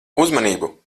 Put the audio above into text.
uzmanību